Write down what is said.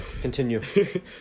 continue